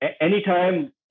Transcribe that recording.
anytime